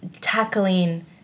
tackling